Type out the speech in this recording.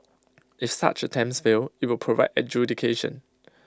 if such attempts fail IT will provide adjudication